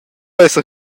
esser